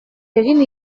egin